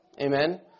amen